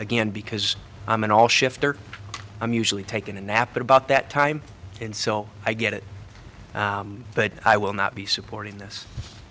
again because i'm an all shifter i'm usually taken a nap at about that time and so i get it but i will not be supporting this